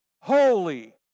holy